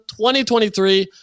2023